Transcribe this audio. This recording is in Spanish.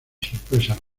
sorpresas